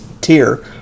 tier